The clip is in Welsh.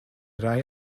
rhai